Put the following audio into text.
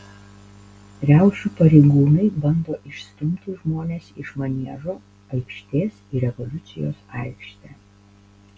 riaušių pareigūnai bando išstumti žmones iš maniežo aikštės į revoliucijos aikštę